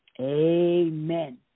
Amen